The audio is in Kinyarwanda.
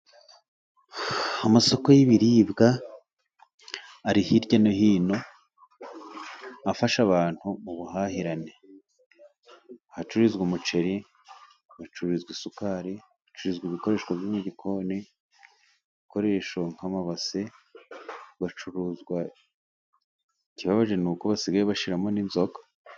Amasoko y'ibiribwa ari hirya no hino. Afasha abantu mu buhahirane. Hacururizwa umuceri, bacururiza isukari, hacuruzwa ibikoresho byo mu gikoni, ibikoresho nk'amabase. Ikibabaje ni uko basigaye bashiramo n'inzoga.